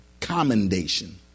Commendation